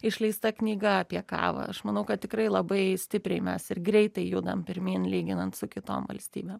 išleista knyga apie kavą aš manau kad tikrai labai stipriai mes ir greitai judam pirmyn lyginant su kitom valstybėm